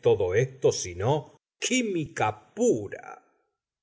todo esto sino química pura